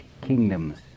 kingdoms